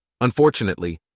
Unfortunately